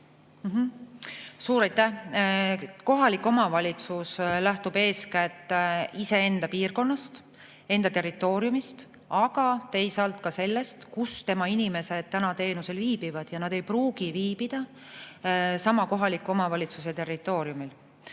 Suur aitäh! Kohalik omavalitsus lähtub eeskätt iseenda piirkonnast, enda territooriumist, aga teisalt ka sellest, kus tema inimesed täna teenusel viibivad. Nad ei pruugi viibida sama kohaliku omavalitsuse territooriumil.